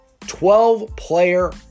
12-player